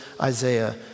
Isaiah